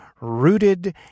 rooted